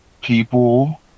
people